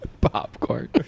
popcorn